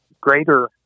greater